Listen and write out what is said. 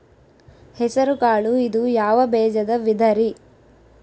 ಹೆಸರುಕಾಳು ಇದು ಯಾವ ಬೇಜದ ವಿಧರಿ?